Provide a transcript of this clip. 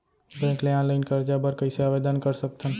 Bank ले online करजा बर कइसे आवेदन कर सकथन?